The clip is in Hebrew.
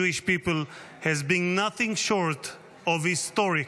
people has been nothing short of historic.